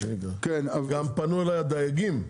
גם פנו אליי הדייגים.